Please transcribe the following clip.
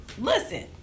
listen